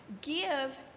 Give